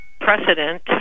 precedent